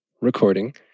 recording